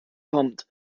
kommt